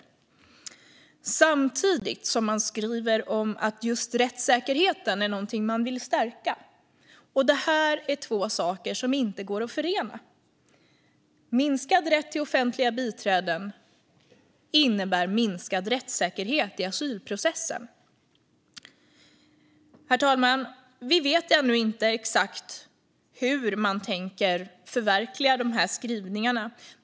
Samtidigt skriver de att rättssäkerheten är något de vill stärka. Det här är två saker som inte går att förena. Minskad rätt till offentliga biträden innebär minskad rättssäkerhet i asylprocessen. Herr talman! Vi vet ännu inte exakt hur man tänker förverkliga de här skrivningarna.